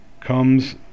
comes